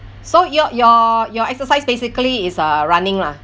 so your your your exercise basically is uh running lah